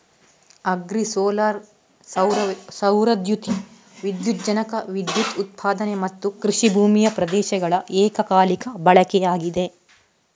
agri solar ಸೌರ ದ್ಯುತಿ ವಿದ್ಯುಜ್ಜನಕ ವಿದ್ಯುತ್ ಉತ್ಪಾದನೆ ಮತ್ತುಕೃಷಿ ಭೂಮಿಯ ಪ್ರದೇಶಗಳ ಏಕಕಾಲಿಕ ಬಳಕೆಯಾಗಿದೆ